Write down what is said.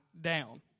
down